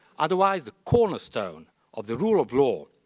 otherwise the cornerstone of the rule of law,